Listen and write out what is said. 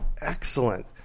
Excellent